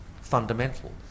fundamental